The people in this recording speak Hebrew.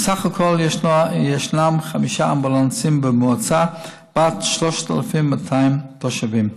ובסך הכול ישנם חמישה אמבולנסים במועצה בת 3,200 תושבים.